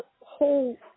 whole